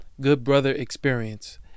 goodbrotherexperience